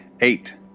Eight